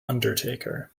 undertaker